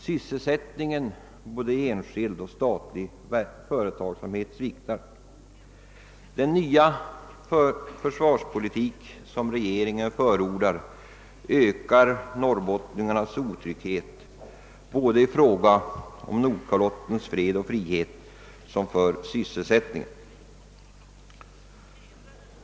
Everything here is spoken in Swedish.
Sysselsättningen i både enskild och statlig företagsamhet sviktar. Den nya försvarspolitik som regeringen förordar ökar norrbottningarnas otrygghet både i fråga om Nordkalottens fred och frihet och när det gäller sysselsättningen.